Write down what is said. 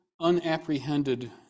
unapprehended